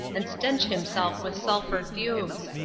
and stench himself with sulphur fumes.